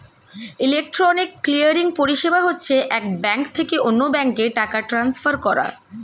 electronic clearing পরিষেবা হচ্ছে এক ব্যাঙ্ক থেকে অন্য ব্যাঙ্কে টাকা ট্রান্সফার করা